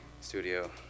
Studio